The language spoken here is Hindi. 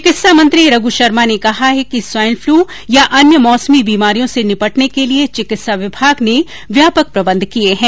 चिकित्सा मंत्री रघु शर्मा ने कहा है कि स्वाइन फ्लू या अन्य मौसमी बीमारियों से निपटने के लिए चिकित्सा विभाग ने व्यापक प्रबंध किए हैं